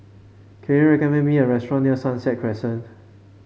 can you recommend me a restaurant near Sunset Crescent